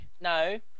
No